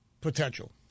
potential